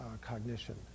cognition